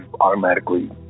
automatically